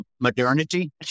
modernity